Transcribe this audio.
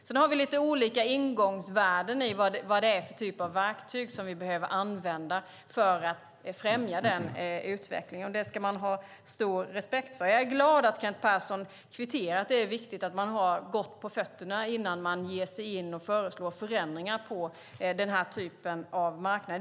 Sedan har vi lite olika ingångsvärden i vad det är för typ av verktyg som vi behöver använda för att främja denna utveckling, och det ska man ha stor respekt för. Jag är glad att Kent Persson bekräftar att det är viktigt att man har gott på fötterna innan man ger sig in och föreslår förändringar på denna typ av marknader.